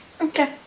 Okay